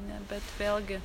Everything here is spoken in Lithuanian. ne bet vėlgi